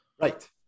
Right